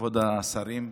כבוד השרים,